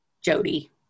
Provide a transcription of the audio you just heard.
Jody